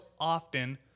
often